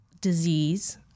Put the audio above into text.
disease